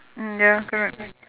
mm ya correct